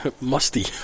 musty